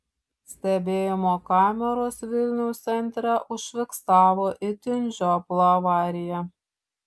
stebėjimo kameros vilniaus centre užfiksavo itin žioplą avariją